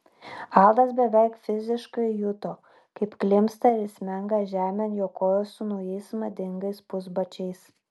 aldas beveik fiziškai juto kaip klimpsta ir smenga žemėn jo kojos su naujais madingais pusbačiais